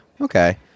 Okay